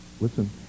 listen